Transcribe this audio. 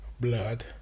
Blood